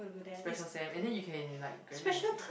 special sem and then you can like graduate in three